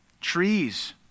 Trees